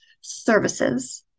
services